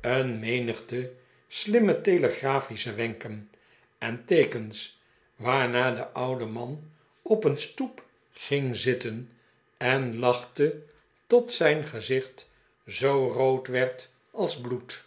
een menigte slimme telegraphische wenken en teekens waarna de oude man op een stoep ging zitte'n en lachte tot zijn gezicht zoo rood werd als bloed